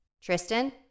Tristan